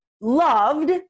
loved